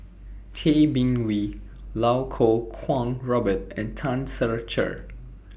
Tay Bin Wee Iau Kuo Kwong Robert and Tan Ser Cher